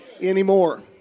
anymore